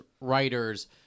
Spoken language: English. writers